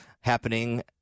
happening